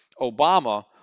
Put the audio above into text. Obama